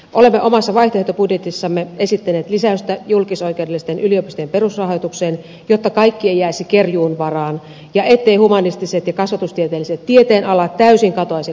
olemme omassa vaihtoehtobudjetissamme esittäneet lisäystä julkisoikeudellisten yliopistojen perusrahoitukseen jotta kaikki ei jäisi kerjuun varaan ja humanistiset ja kasvatustieteelliset tieteenalat täysin katoaisi korkeakouluistamme